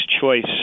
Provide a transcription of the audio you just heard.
choice